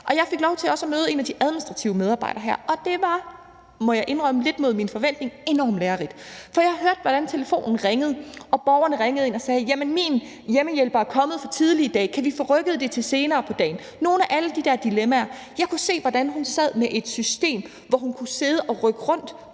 Og jeg fik lov til også at møde en af de administrative medarbejdere her, og det var lidt imod min forventning – må jeg indrømme – enormt lærerigt. For jeg hørte, hvordan telefonen ringede og borgerne ringede ind og sagde, at jamen min hjemmehjælper er kommet for tidligt i dag, kan vi få rykket det til senere på dagen? Nogle af alle de der dilemmaer. Jeg kunne se, hvordan hun sad med et system, hvor man kunne sidde og rykke rundt